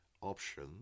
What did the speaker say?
option